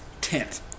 tent